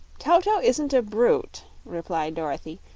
toto isn't a brute, replied dorothy,